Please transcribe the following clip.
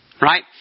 Right